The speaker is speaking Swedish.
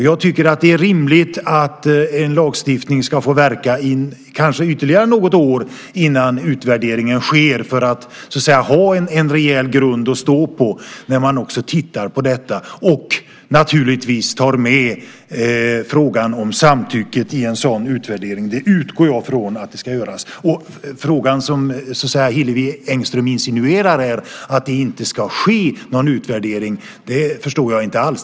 Jag tycker att det är rimligt att lagstiftningen ska få verka i kanske ytterligare något år innan utvärderingen sker för att man ska ha en rejäl grund att stå på när man tittar på den och att man naturligtvis tar med frågan om samtycket i en sådan utvärdering. Jag utgår från att det ska göras. Hillevi Engström insinuerar att det inte ska ske någon utvärdering. Det förstår jag inte alls.